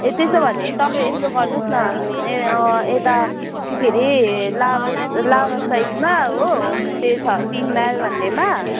ए त्यसो भने तपाईँ यसो गर्नु होस् न ए यता के हरे लाभा लाभा साइडमा हो होम स्टे छ तिन माइल भन्नेमा